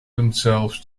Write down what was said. themselves